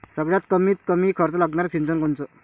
सगळ्यात कमीत कमी खर्च लागनारं सिंचन कोनचं?